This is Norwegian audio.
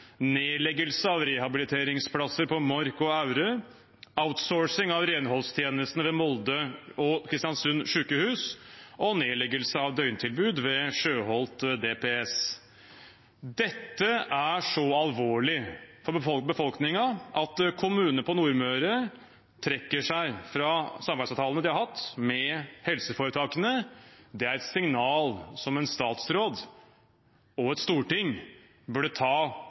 nedleggelse av rehabiliteringsplasser ved Mork og Aure, outsourcing av renholdstjenestene ved Molde og Kristiansund sykehus og nedleggelse av døgntilbud ved Sjøholt DPS. Dette er så alvorlig for befolkningen at kommunene på Nordmøre trekker seg fra samarbeidsavtalene de har hatt med helseforetakene. Det er et signal en statsråd og et storting burde ta